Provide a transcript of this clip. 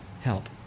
help